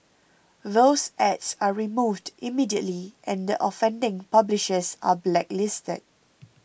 those ads are removed immediately and the offending publishers are blacklisted